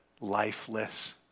lifeless